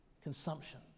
Consumption